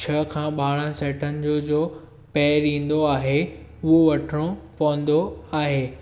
छह खां ॿारहं सेटनि जो पैइरु ईंदो आहे उहो वठणो पवंदो आहे